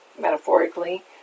metaphorically